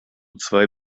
zwei